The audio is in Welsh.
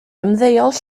ymddeol